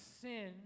sin